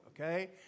okay